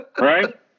Right